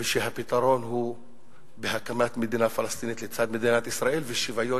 ושהפתרון הוא הקמת מדינה פלסטינית לצד מדינת ישראל ושוויון